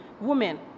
women